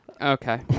Okay